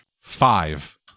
Five